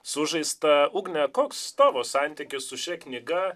sužaista ugne koks tavo santykis su šia knyga